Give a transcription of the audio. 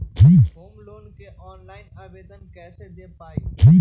Home loan के online आवेदन कैसे दें पवई?